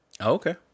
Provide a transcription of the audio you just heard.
Okay